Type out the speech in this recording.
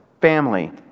family